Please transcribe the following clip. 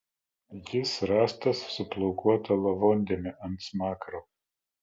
jis rastas su plaukuota lavondėme ant smakro